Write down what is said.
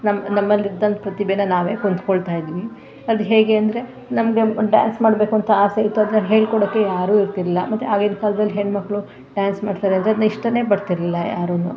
ನಮ್ಮ ನಮ್ಮಲ್ಲಿದ್ದಂಥ ಪ್ರತಿಭೆಯ ನಾವೇ ಕೊಂದುಕೊಳ್ತಾಯಿದ್ವಿ ಅದು ಹೇಗೆ ಅಂದರೆ ನಮಗೆ ಡ್ಯಾನ್ಸ್ ಮಾಡಬೇಕು ಅಂತ ಆಸೆ ಇತ್ತು ಆದರೆ ಅದ್ನ ಹೇಳಿಕೊಡೋಕೆ ಯಾರು ಇರ್ತಿರಲಿಲ್ಲ ಮತ್ತು ಆಗಿನ ಕಾಲ್ದಲ್ಲಿ ಹೆಣ್ಣುಮಕ್ಳು ಡ್ಯಾನ್ಸ್ ಮಾಡ್ತಾರೆ ಅಂದರೆ ಅದನ್ನು ಇಷ್ಟನೇ ಪಡ್ತಿರಲಿಲ್ಲ ಯಾರೂ